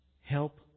help